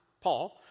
Paul